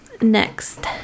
Next